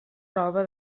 roba